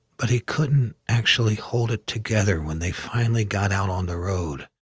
but he couldn't actually hold it together when they finally got out on the road.